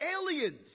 aliens